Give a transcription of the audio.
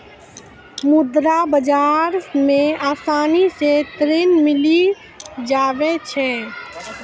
मुद्रा बाजार मे आसानी से ऋण मिली जावै छै